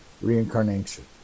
reincarnation